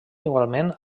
igualment